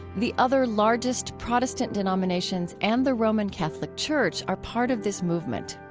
the other largest protestant denominations and the roman catholic church are part of this movement.